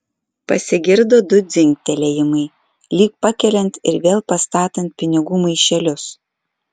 pasigirdo du dzingtelėjimai lyg pakeliant ir vėl pastatant pinigų maišelius